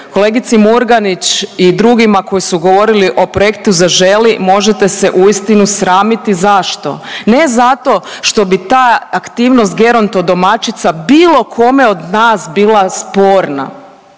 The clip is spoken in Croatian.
kolegici Murganić i drugima koji su govorili o projektu „Zaželi“ možete se uistinu sramiti. Zašto? Ne zato što bi ta aktivnost geronto domaćica bilo kome od nas bila sporna,